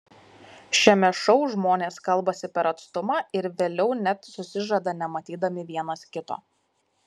šiame šou žmonės kalbasi per atstumą ir vėliau net susižada nematydami vienas kito